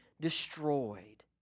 destroyed